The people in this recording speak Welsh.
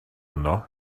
yno